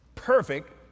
Perfect